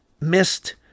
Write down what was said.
missed